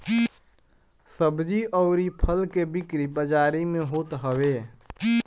सब्जी अउरी फल के बिक्री बाजारी में होत हवे